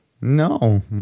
No